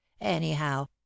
Anyhow